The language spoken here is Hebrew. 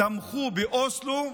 תמכו באוסלו,